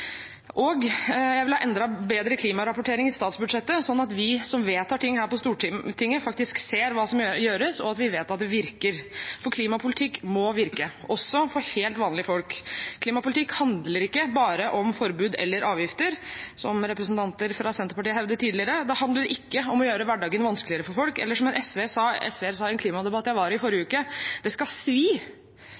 opp. Jeg vil ha enda bedre klimarapportering i statsbudsjettet, sånn at vi som vedtar ting her på Stortinget, faktisk ser hva som gjøres, og at vi vet at det virker. For klimapolitikk må virke, også for helt vanlige folk. Klimapolitikk handler ikke bare om forbud eller avgifter, som representanter fra Senterpartiet hevdet tidligere. Det handler ikke om å gjøre hverdagen vanskeligere for folk, eller som en SV-er sa i en klimadebatt jeg var på i forrige uke: Det skal svi.